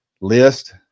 list